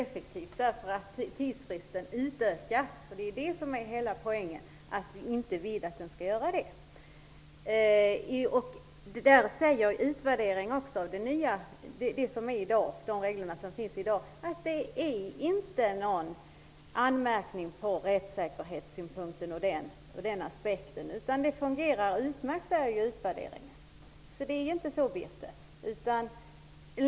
Fru talman! Nej, det blir inte lika effektivt därför att tidsfristen utökas. Vi vill inte att den skall göra det - det är hela poängen. Utvärderingen av de regler som finns i dag säger också att det inte finns någon anmärkning från rättssäkerhetssynpunkt, utan att det fungerar utmärkt. Det är alltså inte så, Birthe.